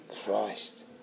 Christ